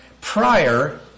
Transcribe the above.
prior